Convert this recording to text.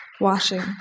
Washing